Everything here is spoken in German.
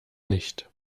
nicht